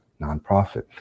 nonprofit